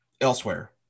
Elsewhere